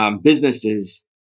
businesses